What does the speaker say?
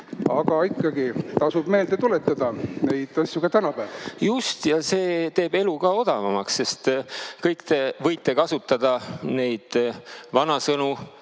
aga ikkagi tasub meelde tuletada neid asju ka tänapäeval. Just. See teeb elu ka odavamaks, sest kõik te võite kasutada neid vanasõnu,